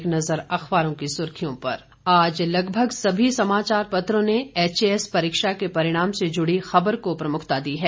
एक नज़र अखबारों की सुर्खियों पर आज लगभग सभी समाचार पत्रों ने एच ए एस परीक्षा के परिणाम से जुड़ी खबर को प्रमुखता दी है